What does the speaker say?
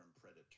Predator